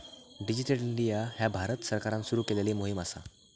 digital India ह्या भारत सरकारान सुरू केलेली मोहीम असा